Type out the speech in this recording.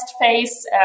phase